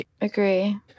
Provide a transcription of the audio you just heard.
agree